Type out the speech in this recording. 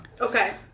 Okay